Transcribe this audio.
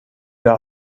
war